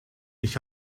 ich